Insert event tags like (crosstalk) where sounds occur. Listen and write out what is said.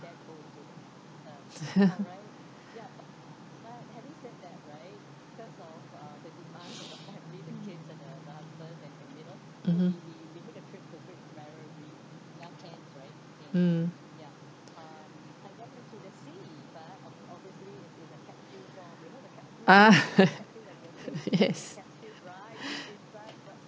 (laughs) mmhmm mm (laughs) yes